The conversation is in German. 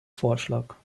vorschlag